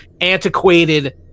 antiquated